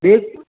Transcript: फिर